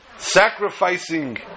sacrificing